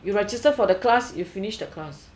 you register for the class you finish the class